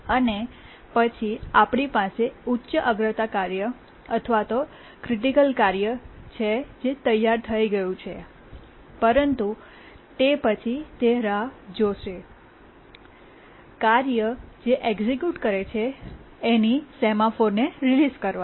અને પછી આપણી પાસે ઉચ્ચ અગ્રતા કાર્ય અથવા ક્રિટિકલ કાર્ય છે જે તૈયાર થઈ ગયું છે પરંતુ તે પછી તે રાહ જોશે કાર્ય જે એક્સિક્યૂટ કરે છે એની સેમાફોર ને રિલીઝ કરવાની